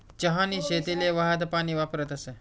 चहानी शेतीले वाहतं पानी वापरतस